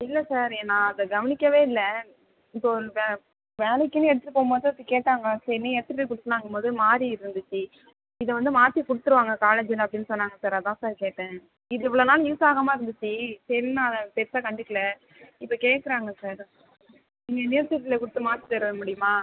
இல்லை சார் நான் அதை கவனிக்கவே இல்லை இப்போது வேலைக்குன்னு எடுத்துகிட்டு போகும் போது சார் கேட்டாங்க சரின்னு எடுத்துகிட்டு போய் கொடுத்தனாங்கும் போது மாறி இருந்துச்சி இதை வந்து மாற்றி கொடுத்துருவாங்க காலேஜ்ஜுயில் அப்படின்னு சொன்னாங்க சார் அதான் சார் கேட்டேன் இது இவ்வளோ நாள் யூஸ் ஆகாமல் இருந்துச்சி சரின்னு நான் அதை பெருசாக கண்டுக்கல இப்போ கேட்குறாங்க சார் நீங்கள் யுனிவெர்சிட்டியில் கொடுத்து மாற்றி தர முடியுமா